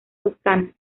toscana